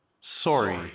Sorry